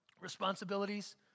responsibilities